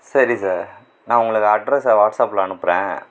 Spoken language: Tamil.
சரி சார் நான் உங்களுக்கு அட்ரஸை வாட்சாப்பில் அனுப்புகிறேன்